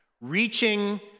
reaching